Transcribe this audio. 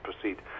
proceed